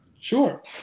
Sure